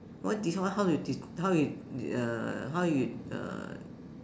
what this one how you do how you uh how you uh